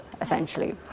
essentially